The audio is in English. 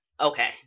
okay